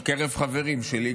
בקרב חברים שלי,